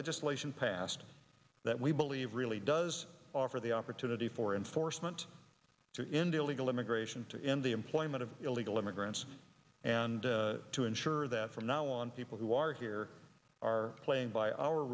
legislation passed that we believe really does offer the opportunity for enforcement to india legal immigration to end the employment of illegal immigrants and to ensure that from now on people who are here are playing by our